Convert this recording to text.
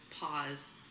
pause